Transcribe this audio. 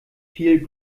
viel